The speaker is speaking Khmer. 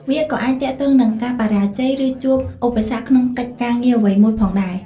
វាក៏អាចទាក់ទងនឹងការបរាជ័យ ឬជួបឧបសគ្គក្នុងកិច្ចការងារអ្វីមួយផងដែរ។